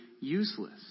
useless